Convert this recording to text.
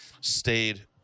stayed